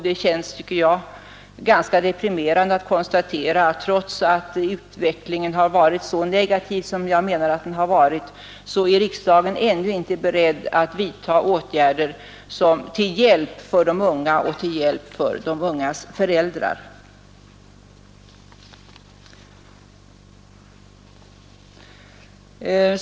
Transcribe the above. Det är, tycker jag, ganska deprimerande att konstatera, att trots att utvecklingen varit så negativ och oroande är riksdagen ännu inte beredd att vidta åtgärder till hjälp för de unga och de ungas föräldrar.